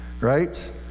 Right